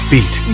Beat